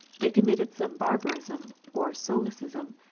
they committed some bar barism or solecism,